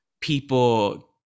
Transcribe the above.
people